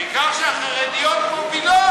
בעיקר שהחרדיות מובילות.